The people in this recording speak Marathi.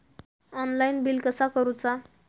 ऑनलाइन बिल कसा करुचा?